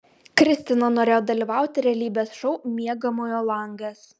kristina norėjo dalyvauti realybės šou miegamojo langas